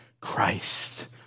Christ